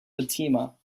fatima